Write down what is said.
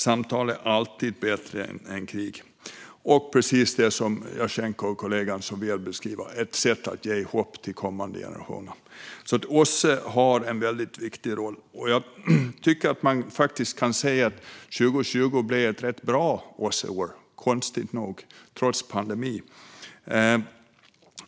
Samtal är alltid bättre än krig, och precis som min kollega Jasenko så väl beskrev är det ett sätt att ge hopp till kommande generationer. OSSE har alltså en väldigt viktig roll. Och jag tycker faktiskt att man kan säga att 2020 blev ett rätt bra OSSE-år, konstigt nog, trots pandemin.